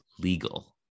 legal